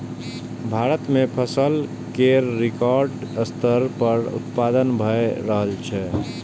भारत मे फसल केर रिकॉर्ड स्तर पर उत्पादन भए रहल छै